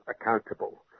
accountable